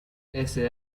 ese